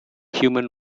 human